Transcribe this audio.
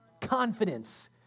confidence